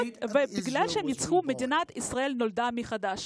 ומכיוון שהם ניצחו, מדינת ישראל נולדה מחדש.